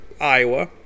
Iowa